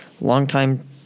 Long-time